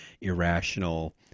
irrational